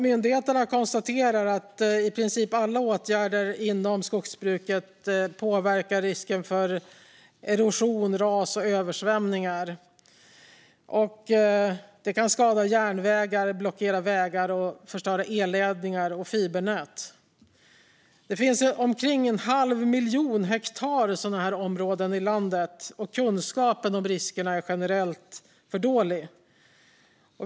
Myndigheterna konstaterar att i princip alla åtgärder inom skogsbruket påverkar risken för erosion, ras och översvämningar. Det kan skada järnvägar, blockera vägar och förstöra elledningar och fibernät. Det finns omkring en halv miljon hektar sådana områden i landet, och kunskapen om riskerna är generellt för dålig.